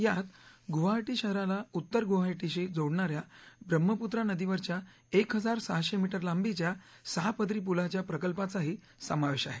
यात गुवाहाटी शहराला उत्तर गुवाहाटीशी जोडणाऱ्या ब्रम्ह्मपुत्रा नदीवरच्या एक हजार सहाशे मीटर लांबीच्या सहा पदरी पुलाच्या प्रकल्पाचाही समावेश आहे